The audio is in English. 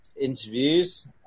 interviews